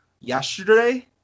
yesterday